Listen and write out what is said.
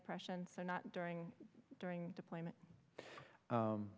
depression so not during during